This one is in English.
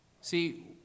See